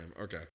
Okay